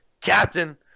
Captain